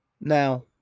Now